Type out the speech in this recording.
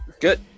Good